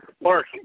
Mark